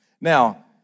Now